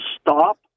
stop